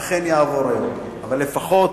אכן יעבור היום, אבל לפחות